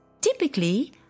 Typically